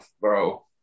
bro